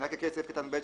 אני אקריא את סעיף קטן (ב)